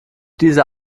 diese